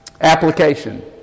Application